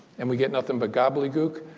and we get nothing but gobbledygook.